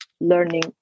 learning